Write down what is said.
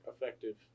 effective